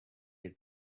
had